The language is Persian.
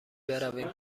برویم